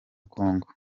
congo